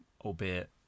albeit